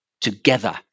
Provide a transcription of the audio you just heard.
together